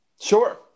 Sure